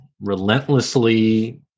relentlessly